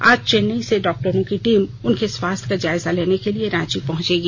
आज चेन्नई से डाक्टरों की टीम उनके स्वास्थ का जायजा लेने के लिए रांची पहुंचेगी